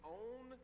own